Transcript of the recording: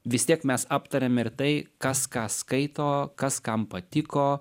vis tiek mes aptariam ir tai kas ką skaito kas kam patiko